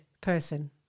person